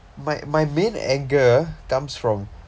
my my main anger comes from